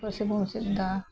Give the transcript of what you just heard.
ᱯᱟᱹᱨᱥᱤ ᱵᱚᱱ ᱪᱮᱫ ᱮᱫᱟ